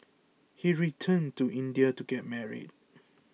he returned to India to get married